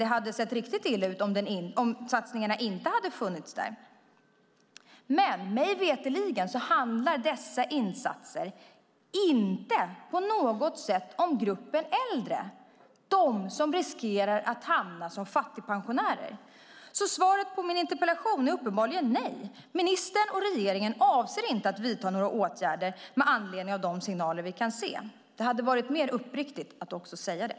Det hade sett riktigt illa ut om satsningarna inte hade funnits med. Men mig veterligen handlar dessa insatser inte på något sätt om gruppen äldre, de som riskerar att bli fattigpensionärer, så svaret på min interpellation är uppenbarligen nej. Ministern och regeringen avser inte att vidta några åtgärder med anledning av de signaler vi kan se. Det hade varit mer uppriktigt att också säga det.